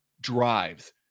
drives